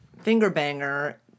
finger-banger